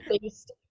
based